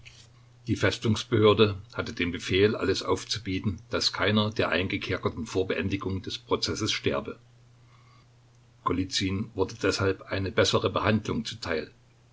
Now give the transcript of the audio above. die festungsbehörde hatte den befehl alles aufzubieten daß keiner der eingekerkerten vor beendigung des prozesses sterbe golizyn wurde deshalb eine bessere behandlung zuteil